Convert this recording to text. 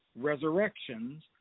resurrections